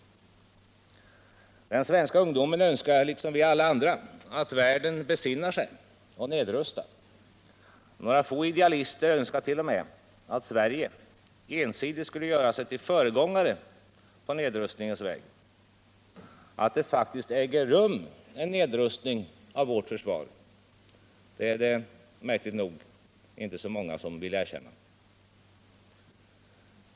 Den svenska ungdomen önskar liksom alla vi andra att världen besinnar sig och nedrustar. Några få idealister önskart.o.m. att Sverige ensidigt skulle göra sig till föregångare på nedrustningens väg. Att det faktiskt äger rum en nedrustning av vårt försvar är det märkligt nog inte så många som vill erkänna.